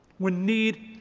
we need